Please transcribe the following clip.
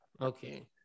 Okay